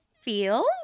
feel